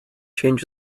change